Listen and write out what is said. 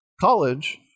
college